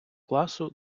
класу